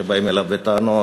שבאים אליו בטענות